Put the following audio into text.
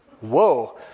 Whoa